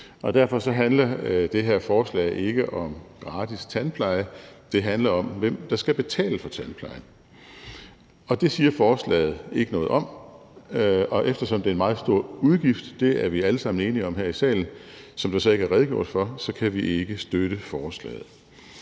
Derfor handler det her forslag ikke om gratis tandpleje; det handler om, hvem der skal betale for tandplejen. Det siger forslaget ikke noget om, og eftersom det er en meget stor udgift – det er vi alle sammen enige om her i salen – som der ikke er redegjort for, kan vi ikke støtte forslaget.